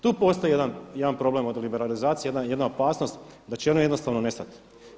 Tu postoji jedan problem oko liberalizacije, jedan opasnost da će oni jednostavno nestati.